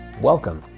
Welcome